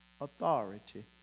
authority